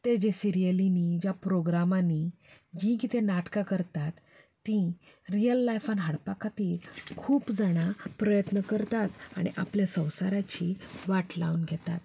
ते जे सिरियलींनी ज्या प्रोग्रामांनी जीं कितें नाटकां करतात तीं रियल लायफांत हाडपा खातीर खूब जाणां प्रयत्न करतात आनी आपल्या संवसाराची वाट लावन घेतात